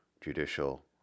judicial